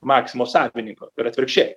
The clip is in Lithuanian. maksimos savininko ir atvirkščiai